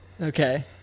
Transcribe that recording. Okay